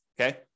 okay